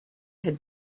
had